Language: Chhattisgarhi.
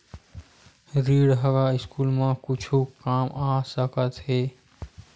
ऋण ह स्कूल मा कुछु काम आ सकत हे?